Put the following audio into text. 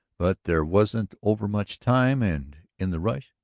but there wasn't overmuch time and in the rush.